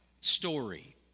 story